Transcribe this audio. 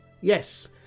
Yes